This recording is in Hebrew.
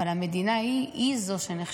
אבל המדינה היא זאת שנכשלה,